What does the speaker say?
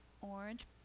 Orange